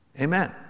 Amen